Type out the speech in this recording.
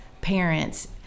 parents